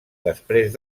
després